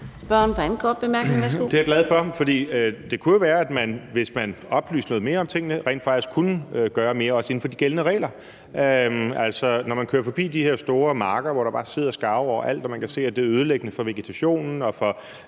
Det er jeg glad for. For det kunne jo være, at man, hvis man oplyste noget mere om tingene, rent faktisk kunne gøre mere, også inden for de gældende regler. Når man kører forbi de her store marker, hvor der bare sidder skarver overalt, og man kan se, at det er ødelæggende for vegetationen og for